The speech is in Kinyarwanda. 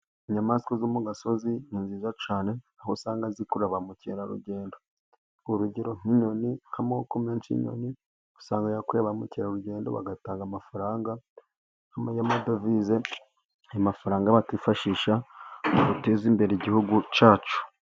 Inyamaswa zo mu gasozi ni nziza cyane aho usanga zikuru ba mukerarugendo, urugero nk'inyoni nk'amoko menshi y'inyoni usanga yakuruye ba mukerarugendo, bagatanga amafaranga y'amadovize amafaranga bakifashisha mu guteza imbere igihugu cyacu.